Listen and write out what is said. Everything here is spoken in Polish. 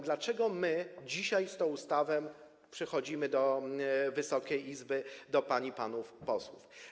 Dlaczego my dzisiaj z tą ustawą przychodzimy do Wysokiej Izby, do pań i panów posłów?